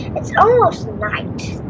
it's almost night.